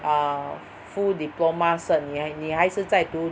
ah full diploma cert 你还你还是在读